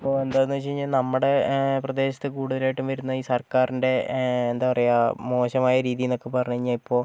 ഇപ്പോൾ എന്താണെന്ന് വെച്ചുകഴിഞ്ഞാൽ നമ്മുടെ പ്രദേശത്ത് കൂടുതലായിട്ടും വരുന്ന ഈ സർക്കാറിൻ്റെ എന്താണ് പറയുക മോശമായ രീതി എന്നൊക്കെ പറഞ്ഞു കഴിഞ്ഞാൽ ഇപ്പോൾ